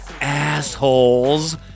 asshole's